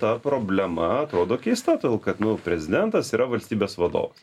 ta problema atrodo keista todėl kad nu prezidentas yra valstybės vadovas